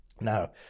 Now